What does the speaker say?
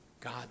God